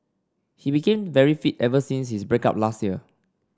he became very fit ever since his break up last year